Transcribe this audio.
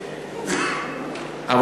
אתך.